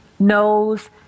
knows